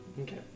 Okay